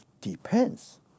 depends